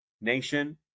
nation